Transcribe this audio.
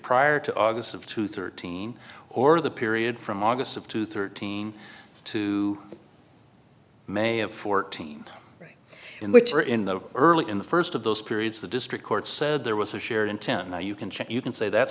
prior to august of two thirteen or the period from august of two thirteen to may of fourteen in which or in the early in the first of those periods the district court said there was a shared intent no you can check you can say that's